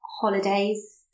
holidays